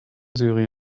syrien